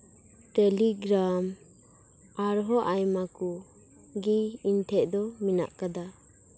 Telegram ᱟᱨᱦᱚᱸ ᱟᱭᱢᱟ ᱠᱩ ᱜᱮ ᱤᱧ ᱴᱷᱮᱡ ᱫᱚ ᱢᱮᱱᱟᱜ ᱠᱟᱫᱟ